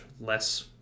less